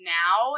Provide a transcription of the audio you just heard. now